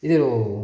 ಇದು